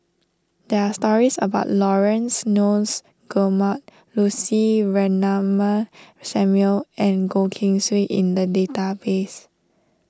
there are stories about Laurence Nunns Guillemard Lucy Ratnammah Samuel and Goh Keng Swee in the database